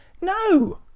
No